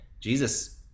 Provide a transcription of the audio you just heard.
jesus